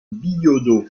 billaudot